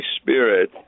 Spirit